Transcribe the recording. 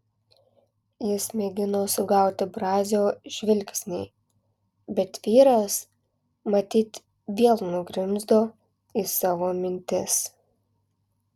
jis mėgino sugauti brazio žvilgsnį bet vyras matyt vėl nugrimzdo į savo mintis